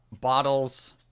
bottles